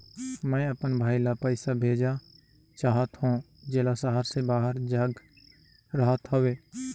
मैं अपन भाई ल पइसा भेजा चाहत हों, जेला शहर से बाहर जग रहत हवे